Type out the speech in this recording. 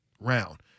round